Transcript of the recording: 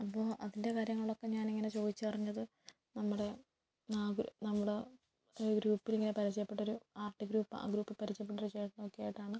അപ്പോൾ അതിൻ്റെ കാര്യങ്ങളൊക്കെ ഞാൻ ഇങ്ങനെ ചോദിച്ചറിഞ്ഞ് നമ്മുടെ നാഗുൽ നമ്മുടെ ഒര് ഗ്രൂപ്പിലിങ്ങനെ പരിചയപ്പെട്ട ഒരു ആർട്ട് ഗ്രൂപ്പ് ആ ഗ്രൂപ്പിൽ പരിചയപ്പെട്ട ഒരു ചേട്ടനൊക്കെയായിട്ടാണ്